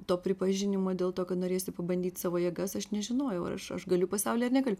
to pripažinimo dėl to kad norėjosi pabandyt savo jėgas aš nežinojau ar aš aš galiu pasauly ar negaliu